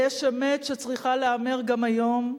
ויש אמת שצריכה להיאמר גם היום,